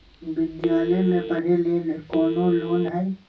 विद्यालय में पढ़े लेल कौनो लोन हई?